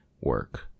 work